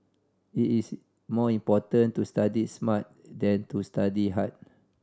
it is more important to study smart than to study hard